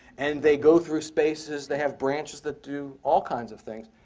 and they go through spaces. they have branches that do all kinds of things.